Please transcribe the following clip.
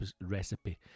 recipe